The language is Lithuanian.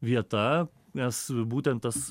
vieta nes būtent tas